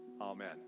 Amen